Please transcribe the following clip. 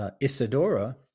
Isadora